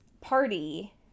party